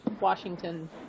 Washington